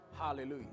Hallelujah